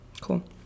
cool